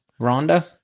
Rhonda